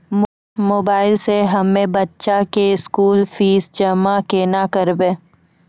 Mobile से हम्मय बच्चा के स्कूल फीस जमा केना करबै?